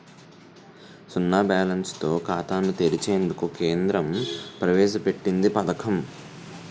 సున్నా బ్యాలెన్స్ తో ఖాతాను తెరిచేందుకు కేంద్రం ప్రవేశ పెట్టింది పథకం